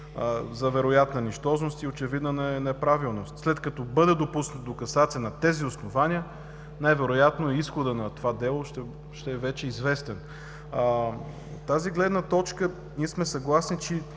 за вероятна нищожност и очевидна неправилност. След като бъде допуснат до касация на тези основания, най-вероятно изходът на това дело ще е вече известен. От тази гледна точка ние сме съгласни, че